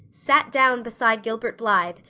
sat down beside gilbert blythe,